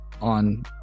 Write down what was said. on